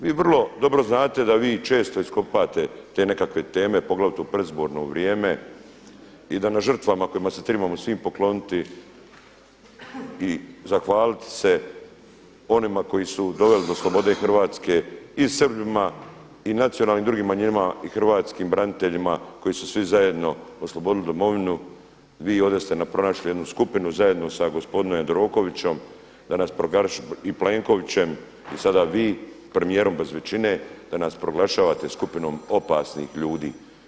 Vi vrlo dobro znate da vi često iskopate te nekakve teme poglavito u predizborno vrijeme i da na žrtvama kojima se tribamo svi pokloniti i zahvaliti se onima koji su doveli do slobode hrvatske i Srbima i nacionalnim drugim manjinama i hrvatskim braniteljima koji su svi zajedno oslobodili Domovinu, vi ovdje ste nam pronašli jednu skupinu zajedno sa gospodinom Jandrokovićom da nas i Plenkovićem i sada vi, premijerom bez većine, da nas proglašavate skupinom opasnih ljudi.